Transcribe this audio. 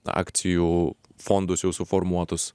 akcijų fondus jau suformuotus